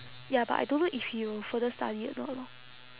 ya but I don't know if he will further study or not lor